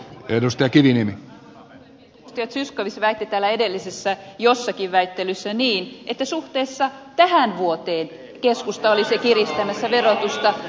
edustaja zyskowicz väitti täällä jossakin edellisessä väittelyssä että suhteessa tähän vuoteen keskusta olisi kiristämässä verotusta